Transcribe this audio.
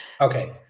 Okay